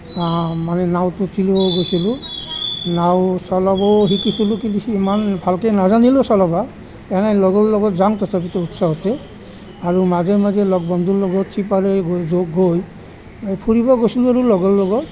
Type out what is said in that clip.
মানে নাৱত উঠিব গৈছিলোঁ নাও চলাবও শিকিছিলোঁ কিন্তু সিমান ভালকৈ নাজানিলোঁ চলাবা এনেই লগৰ লগত যাং তথাপিতো উৎসাহতে আৰু মাজে মাজে লগ বন্ধুৰ লগত চিপাৰে গৈ ফুৰিব গৈছো যদিও লগৰ লগত